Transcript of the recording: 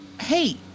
Hey